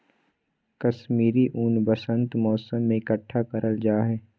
कश्मीरी ऊन वसंत मौसम में इकट्ठा करल जा हय